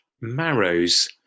marrows